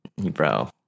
Bro